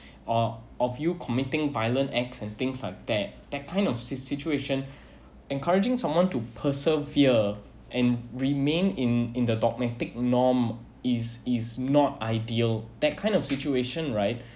or of you committing violent acts and things like that that kind of si~ situation encouraging someone to persevere and remained in in the dogmatic norm is is not ideal that kind of situation right